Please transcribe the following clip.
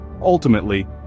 ultimately